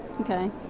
Okay